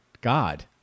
God